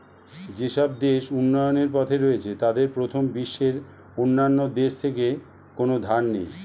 যেসব দেশ উন্নয়নের পথে রয়েছে তাদের প্রথম বিশ্বের অন্যান্য দেশ থেকে কোনো ধার নেই